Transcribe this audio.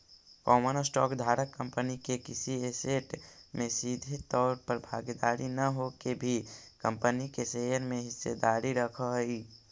common stock धारक कंपनी के किसी ऐसेट में सीधे तौर पर भागीदार न होके भी कंपनी के शेयर में हिस्सेदारी रखऽ हइ